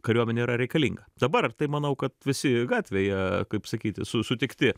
kariuomenė yra reikalinga dabar tai manau kad visi gatvėje kaip sakyti su sutikti